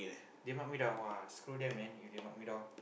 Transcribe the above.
they mark me down !wah! screw them man if they mark me down